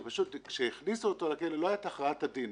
שפשוט כשהכניסו אותו לכלא לא היה את הכרעת הדין.